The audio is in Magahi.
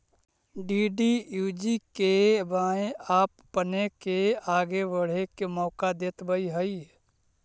डी.डी.यू.जी.के.वाए आपपने के आगे बढ़े के मौका देतवऽ हइ